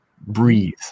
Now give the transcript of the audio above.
breathe